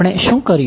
આપણે શું કર્યું